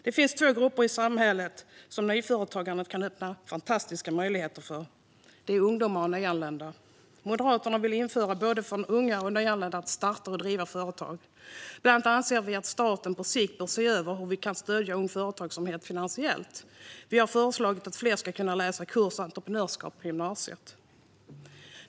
Det finns två grupper i samhället som nyföretagande kan öppna upp fantastiska möjligheter för. Det är ungdomar och nyanlända. Moderaterna vill underlätta för både unga och nyanlända att starta och driva företag. Bland annat anser vi att staten på sikt bör se över hur vi kan stödja Ung Företagsamhet finansiellt. Vi har föreslagit att fler ska kunna läsa en kurs i entreprenörskap på gymnasiet.